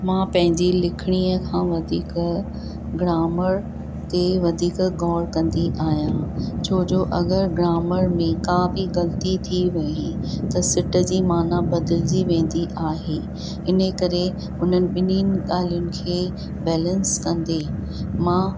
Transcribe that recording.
मां पंहिंजी लिखणीअ खां वधीक ग्रामर ते वधीक गौर कंदी आहियां छो जो अगरि ग्रामर में का बि ग़लती थी वई त सिट जी माना बदलजी वेंदी आहे इन जे करे उन्हनि ॿिन्हींनि ॻाल्हियुनि खे बैलेंस कंदी मां